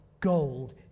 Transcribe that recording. gold